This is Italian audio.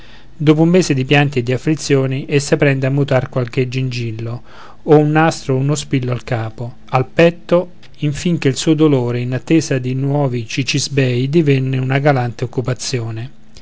dopo un mese di pianti e di afflizione essa prende a mutar qualche gingillo o un nastro od uno spillo al capo al petto infin che il suo dolore in attesa di nuovi cicisbei divenne una galante occupazione